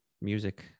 music